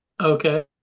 Okay